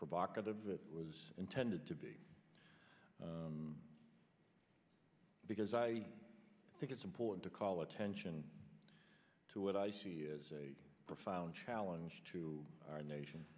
provocative it was intended to be because i think it's important to call attention to what i see as a profound challenge to our nation